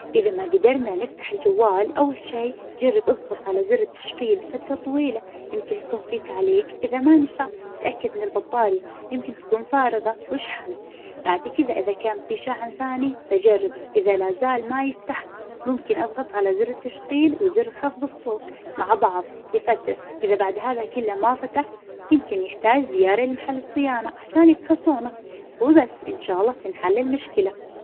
إذا ما قدرنا نفتح الجوال أول شي جرب اظغط على زر التشغيل فترة طويلة يمكن يكون في تعليق إذا ما نفع أتأكد من البطارية يمكن تكون فارغة واشحنه، بعد كذا إذا كان في شاحن ثاني بجربه. إذا لا زال ما يفتح ممكن أظغط على زر التشغيل وزر خفظ الصوت مع بعظ لفترة. إذا بعد هذا كله ما فتح يمكن يحتاج زيارة لمحل الصيانة عشان يفحصونه وبس. إن شاء الله تنحل المشكلة.